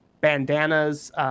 bandanas